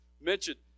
mentioned